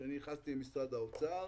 עת נכנסתי למשרד האוצר,